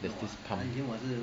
there's this pump